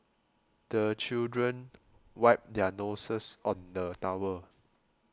the children wipe their noses on the towel